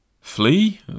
Flee